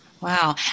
Wow